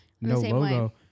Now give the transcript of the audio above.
no-logo